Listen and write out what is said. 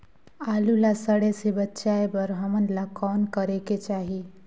आलू ला सड़े से बचाये बर हमन ला कौन करेके चाही?